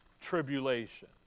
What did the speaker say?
tribulation